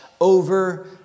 over